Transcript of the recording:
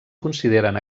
consideren